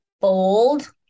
bold